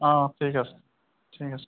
অঁ ঠিক আছে ঠিক আছে